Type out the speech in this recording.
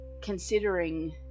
considering